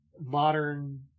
modern